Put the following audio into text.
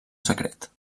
secret